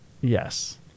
Yes